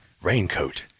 raincoat